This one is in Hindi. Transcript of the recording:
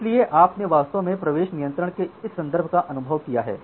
इसलिए आपने वास्तव में प्रवेश नियंत्रण के इस संदर्भ का अनुभव किया है